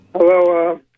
Hello